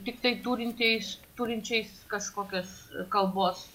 tiktai turinteis turinčiais kažkokias kalbos